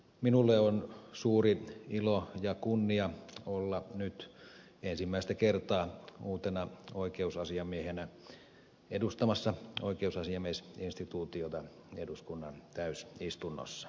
minulle on suuri ilo ja kunnia olla nyt ensimmäistä kertaa uutena oikeusasiamiehenä edustamassa oikeusasiamiesinstituutiota eduskunnan täysistunnossa